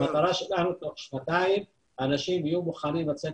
המטרה שלנו היא שתוך שנתיים אנשים יהיו מוכנים לצאת